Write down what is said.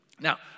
Now